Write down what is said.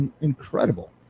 incredible